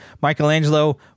Michelangelo